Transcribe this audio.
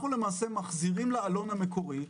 אנחנו מחזירים לעלון המקורי,